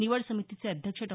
निवड समितीचे अध्यक्ष डॉ